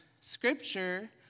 scripture